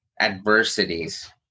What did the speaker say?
adversities